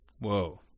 Whoa